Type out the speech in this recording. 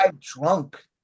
drunk